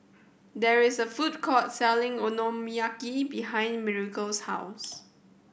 there is a food court selling Okonomiyaki behind Miracle's house